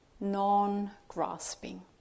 non-grasping